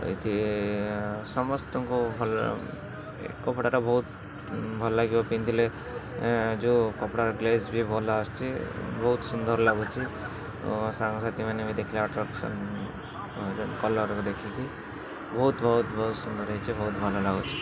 ଏଇଠି ସମସ୍ତଙ୍କୁ ଭଲ କପଡ଼ାଟା ବହୁତ ଭଲ ଲାଗିବ ପିନ୍ଧିଲେ ଯେଉଁ କପଡ଼ାର ଗ୍ଲେଜ୍ ବି ଭଲ ଆସୁଛି ବହୁତ ସୁନ୍ଦର ଲାଗୁଛି ସାଙ୍ଗସାଥୀମାନେ ବି ଦେଖିଲେ ଆଟ୍ରାକ୍ସନ୍ କଲର୍କୁ ଦେଖିକି ବହୁତ ବହୁତ ବହୁତ ସୁନ୍ଦର ହେଇଛି ବହୁତ ଭଲ ଲାଗୁଛି